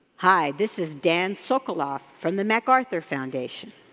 hi, this is dan sokoloff from the macarthur foundation.